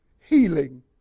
healing